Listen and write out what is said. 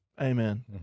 Amen